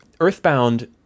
EarthBound